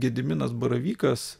gediminas baravykas